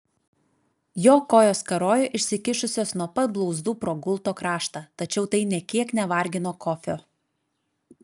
jo kojos karojo išsikišusios nuo pat blauzdų pro gulto kraštą tačiau tai nė kiek nevargino kofio